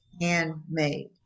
handmade